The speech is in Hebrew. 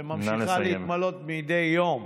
וממשיכה להתמלא מדי יום.